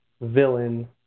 villain